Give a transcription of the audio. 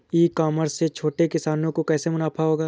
ई commerce से छोटे किसानों को कैसे मुनाफा होगा?